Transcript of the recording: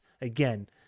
again